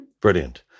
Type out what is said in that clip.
Brilliant